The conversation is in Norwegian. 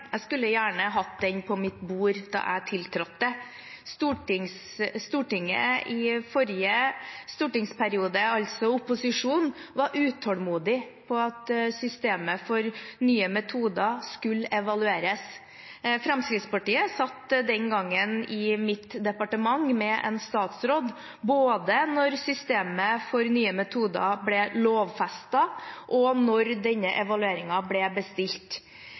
Jeg skulle gjerne hatt den på mitt bord da jeg tiltrådte. I forrige stortingsperiode var Stortinget, altså opposisjonen, utålmodig etter at systemet for nye metoder skulle evalueres. Fremskrittspartiet satt den gangen i mitt departement med en statsråd, både når systemet for nye metoder ble lovfestet, og når denne evalueringen ble bestilt.